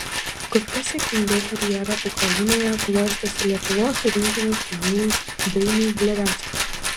kur kas sėkmingiau karjera ukrainoje klostosi lietuvos rinktinės gynėjui dainiui gleveckui